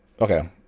Okay